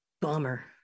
bummer